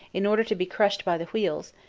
in order to be crushed by the wheels,